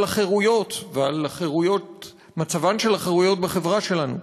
החירויות ומצבן של החירויות בחברה שלנו,